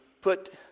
put